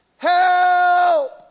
Help